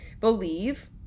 believe